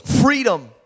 freedom